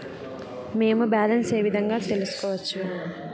మేము బ్యాలెన్స్ ఏ విధంగా తెలుసుకోవచ్చు?